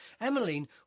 Emmeline